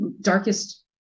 darkest